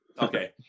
okay